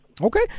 Okay